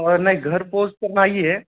नाही घरपोच तर नाही आहे